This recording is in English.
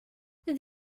there